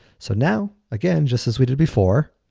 so now, again just as we did before,